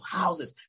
houses